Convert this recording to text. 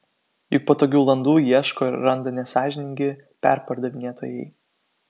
juk patogių landų ieško ir randa nesąžiningi perpardavinėtojai